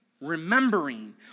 remembering